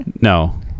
No